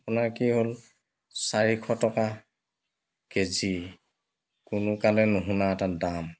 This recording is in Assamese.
আপোনাৰ কি হ'ল চাৰিশ টকা কে জি কোনো কালে নুশুনা এটা দাম